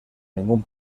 ningún